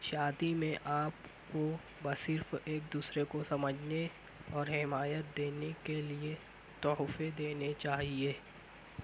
شادی میں آپ کو بہ صرف ایک دوسرے کو سمجھنے اور حمایت دینے کے لیے تحفے دینے چاہیے